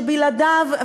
שבלעדיו,